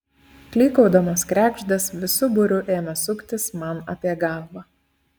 klykaudamos kregždės visu būriu ėmė suktis man apie galvą